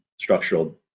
structural